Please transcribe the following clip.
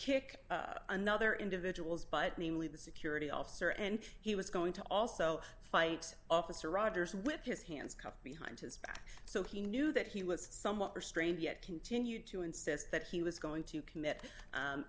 kick another individuals but mainly the security officer and he was going to also fight officer rogers with his hands cuffed behind his back so he knew that he was somewhat restrained yet continued to insist that he was going to commit